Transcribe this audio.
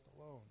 alone